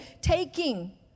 taking